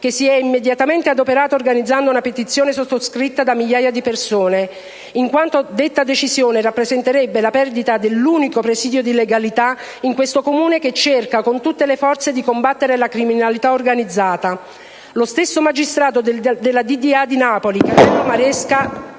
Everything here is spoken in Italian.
che si è immediatamente adoperata organizzando una petizione sottoscritta da migliaia di persone, in quanto tale decisione rappresenterebbe la perdita dell'unico presidio di legalità in questo Comune che cerca con tutte le forze di combattere la criminalità organizzata. Lo stesso magistrato della DDA di Napoli Catello Maresca,